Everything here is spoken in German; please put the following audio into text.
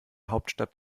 hauptstadt